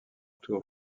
tour